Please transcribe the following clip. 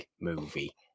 movie